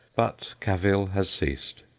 but cavil has ceased.